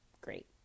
great